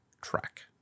track